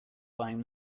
buying